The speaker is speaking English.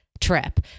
trip